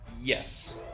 Yes